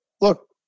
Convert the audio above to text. look